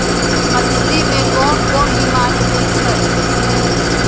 मछरी मे कोन कोन बीमारी होई छई